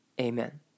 Amen